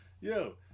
yo